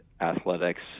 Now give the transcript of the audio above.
athletics